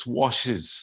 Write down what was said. washes